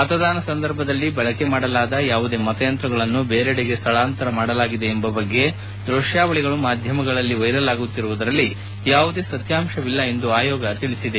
ಮತದಾನದ ಸಂದರ್ಭದಲ್ಲಿ ಬಳಕೆ ಮಾಡಲಾದ ಯಾವುದೇ ಮತಯಂತ್ರಗಳನ್ನು ಬೇರೆಡೆಗೆ ಸ್ಲಳಾಂತರ ಮಾಡಲಾಗಿದೆ ಎಂಬ ಬಗ್ಗೆ ದೃಶ್ವಾವಳಿಗಳು ಸಾಮಾಜಿಕ ಜಾಲತಾಣಗಳಲ್ಲಿ ವೈರಲ್ ಆಗುತ್ತಿರುವುದರಲ್ಲಿ ಸತ್ನಾಂಶವಿಲ್ಲ ಎಂದು ಆಯೋಗ ತಿಳಿಸಿದೆ